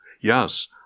Yes